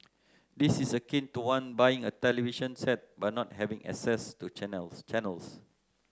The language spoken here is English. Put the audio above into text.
this is akin to one buying a television set but not having access to channels channels